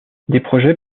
projets